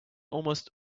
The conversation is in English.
almost